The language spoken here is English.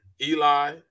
Eli